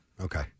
Okay